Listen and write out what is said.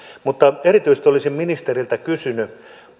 mutta erityisesti olisin ministeriltä kysynyt